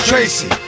Tracy